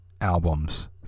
albums